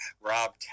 Rob